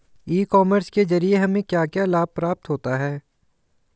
ई commerce के ज़रिए हमें क्या क्या लाभ प्राप्त होता है?